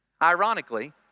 Ironically